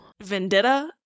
vendetta